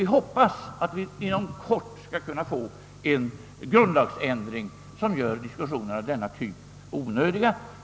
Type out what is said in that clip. Vi hoppas att det inom kort skall bli en grundlagsändring som gör diskussioner av denna typ onödiga.